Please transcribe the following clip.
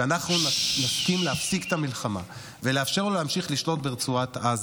שאנחנו נסכים להפסיק את המלחמה ולאפשר לו להמשיך לשלוט ברצועת עזה,